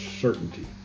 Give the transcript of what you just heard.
certainty